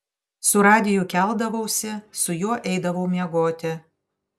su radiju keldavausi su juo eidavau miegoti